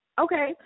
Okay